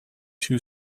two